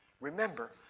Remember